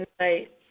tonight